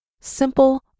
simple